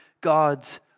God's